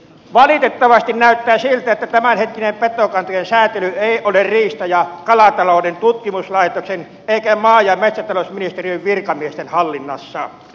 valitettavasti näyttää siltä että tämänhetkinen petokantojen säätely ei ole riista ja kalatalouden tutkimuslaitoksen eikä maa ja metsätalousministeriön virkamiesten hallinnassa